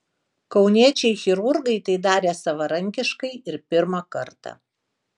kauniečiai chirurgai tai darė savarankiškai ir pirmą kartą